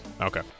Okay